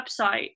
website